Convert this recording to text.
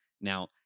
Now